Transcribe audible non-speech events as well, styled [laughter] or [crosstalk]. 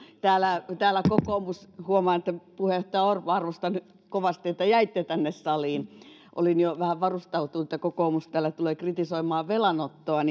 täällä kokoomus puheenjohtaja orpo arvostan kovasti että jäitte tänne saliin olin jo vähän varustautunut että kokoomus täällä tulee kritisoimaan velanottoa [unintelligible]